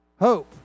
Hope